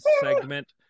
segment